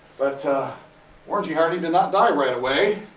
but warren g. harding did not die right away.